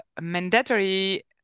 mandatory